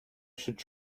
should